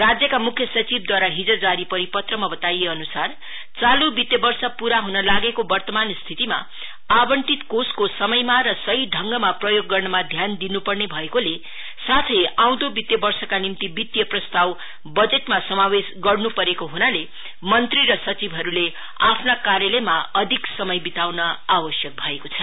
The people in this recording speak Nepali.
राज्यका मुख्य सचिवदूवारा हिज जारी परिपत्रमा बताइएअनुसार चालु वित्तीय वर्ष पूरा हुन लागेको वर्तमान स्थितिमा आंवरित कोषको समयमा र सही दंगमा प्रयोग गर्नमा ध्यान दिनु पर्ने भएकोले साथै आउँदो वित्तीय वर्षका निम्ति वित्तीय प्रस्ताव वजटमा समावेश गर्नु परेको हुनाले मंत्री र सचिवहरुले आफ्न कार्यलयमा अधिक समय बिताउन आवश्यक भएको छ